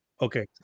Okay